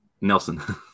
Nelson